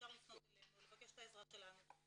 אפשר לפנות אלינו, לבקש את העזרה שלנו.